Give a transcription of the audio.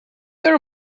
your